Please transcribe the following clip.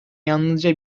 yalnızca